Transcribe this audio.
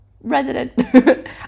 resident